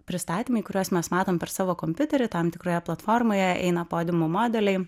pristatymai kuriuos mes matome per savo kompiuterį tam tikroje platformoje eina podiumu modeliai